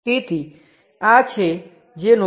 તેથી VR V અને IR I